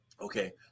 Okay